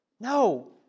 No